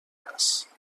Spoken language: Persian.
هست